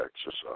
exercise